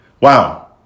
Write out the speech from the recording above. Wow